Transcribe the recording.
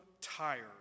tired